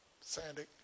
Sandy